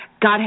God